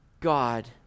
God